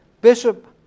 Bishop